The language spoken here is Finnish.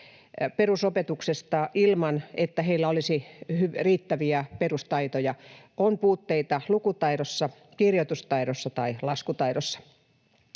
perusopetuksesta ilman, että heillä olisi riittäviä perustaitoja — on puutteita lukutaidossa, kirjoitustaidossa tai laskutaidossa